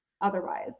otherwise